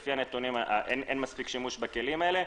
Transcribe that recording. לפי הנתונים אין מספיק שימוש בכלים האלה.